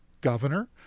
governor